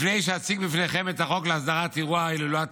לפני שאציג בפניכם את החוק להסדרת אירוע הילולת